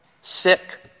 sick